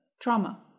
Trauma